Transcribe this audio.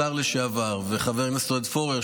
השר לשעבר, וחבר הכנסת עודד פורר.